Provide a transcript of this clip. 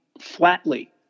flatly